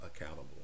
accountable